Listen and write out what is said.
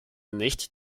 nicht